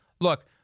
look